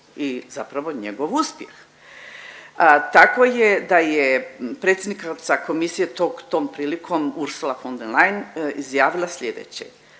i zapravo njegov uspjeh. Tako je da je predsjednik Europske komisije, tom prilikom Ursula von der Leyen izjavila slijedeće.